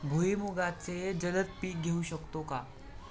भुईमुगाचे जलद पीक घेऊ शकतो का?